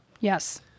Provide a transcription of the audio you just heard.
Yes